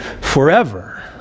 forever